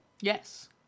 Yes